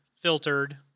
filtered